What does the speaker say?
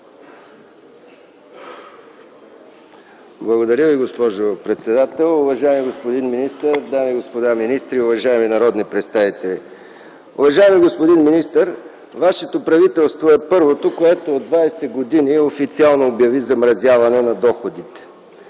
Благодаря Ви, госпожо председател! Уважаеми господин министър, дами и господа министри, уважаеми народни представители! Уважаеми господин министър, Вашето правителство е първото, което от 20 години официално обяви замразяване на доходите.